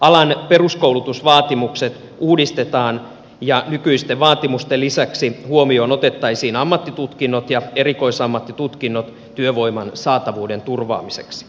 alan peruskoulutusvaatimukset uudistetaan ja nykyisten vaatimusten lisäksi huomioon otettaisiin ammattitutkinnot ja erikoisammattitutkinnot työvoiman saatavuuden turvaamiseksi